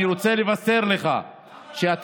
אני רוצה לבשר לך שאתה,